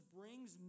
brings